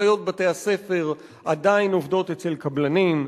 אחיות בתי-הספר עדיין עובדות אצל קבלנים,